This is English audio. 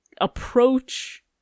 approach